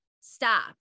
stop